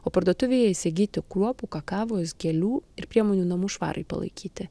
o parduotuvėje įsigyti kruopų kakavos gėlių ir priemonių namų švarai palaikyti